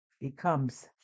becomes